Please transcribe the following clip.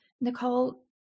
Nicole